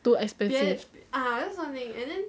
too expensive